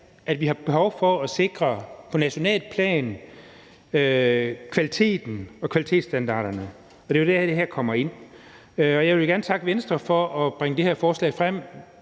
vi har behov for at sikre på nationalt plan kvaliteten og kvalitetsstandarderne, og det er jo der, det her kommer ind. Jeg vil gerne takke Venstre for at bringe det her forslag frem.